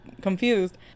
confused